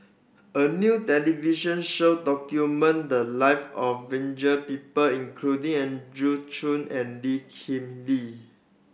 a new television show documented the live of people including Andrew Chew and Lee Kip Lee